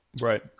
Right